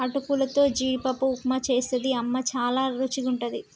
అటుకులతో జీడిపప్పు ఉప్మా చేస్తది అమ్మ చాల రుచిగుంటది